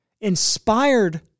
inspired